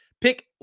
Pick